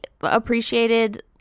appreciated